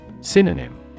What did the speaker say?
Synonym